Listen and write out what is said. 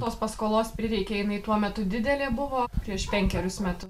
tos paskolos prireikė jinai tuo metu didelė buvo prieš penkerius metus